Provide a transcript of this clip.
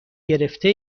گرفته